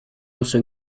also